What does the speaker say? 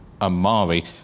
Amari